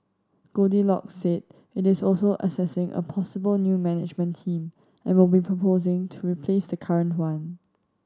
goldilocks said it is also assessing a possible new management team and will be proposing to replace the current one